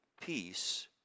peace